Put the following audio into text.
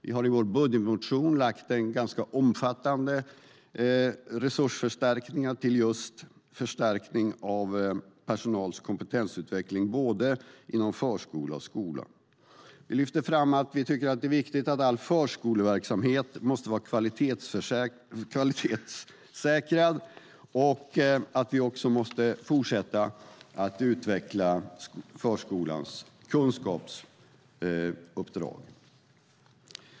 Vi har i vår budgetmotion föreslagit ganska omfattande resursförstärkningar till just förstärkning av personalens kompetensutveckling inom både förskola och skola. Vi lyfter fram att det är viktigt att all förskoleverksamhet måste vara kvalitetssäkrad. Vi måste också fortsätta att utveckla förskolans kunskapsuppdrag.